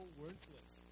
worthless